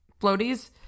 floaties